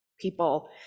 people